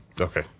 Okay